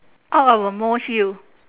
out of a molehill